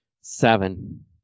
seven